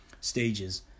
stages